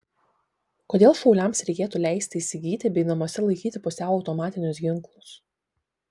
kodėl šauliams reikėtų leisti įsigyti bei namuose laikyti pusiau automatinius ginklus